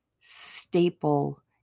staple